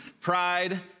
pride